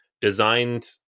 designed